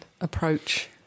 approach